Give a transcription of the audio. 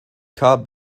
cobb